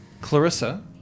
Clarissa